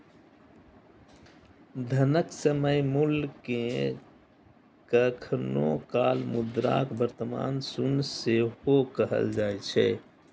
धनक समय मूल्य कें कखनो काल मुद्राक वर्तमान मूल्य सेहो कहल जाए छै